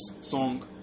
song